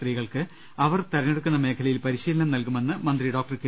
സ്ത്രീകൾക്ക് അവർ തെരഞ്ഞെടുക്കുന്ന മേഖലയിൽ പരിശീലനം നൽകുമെന്ന് മന്ത്രി ഡോക്ടർ കെ